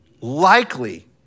likely